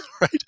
right